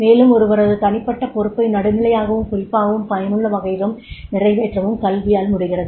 மேலும் ஒருவரது தனிப்பட்ட பொறுப்பை நடுநிலையாகவும் குறிப்பாகவும் பயனுள்ளவகையிலும் நிறைவேற்றவும் கல்வியால் முடிகிறது